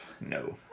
No